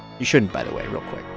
you shouldn't, by the way, real quick,